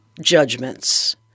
judgments